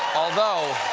although